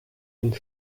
and